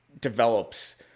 develops